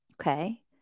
Okay